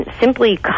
simply